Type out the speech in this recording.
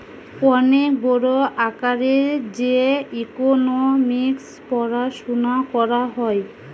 অনেক বড় আকারে যে ইকোনোমিক্স পড়াশুনা করা হয়